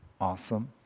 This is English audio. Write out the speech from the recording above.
awesome